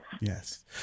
Yes